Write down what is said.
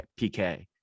PK